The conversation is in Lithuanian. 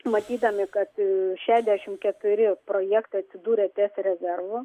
matydami kad šešiasdešimt keturi projektai atsidūrė ties rezervu